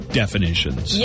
definitions